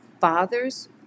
fathers